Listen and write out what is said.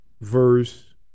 Verse